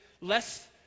less